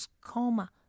coma